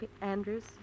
Andrews